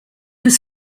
was